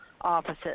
offices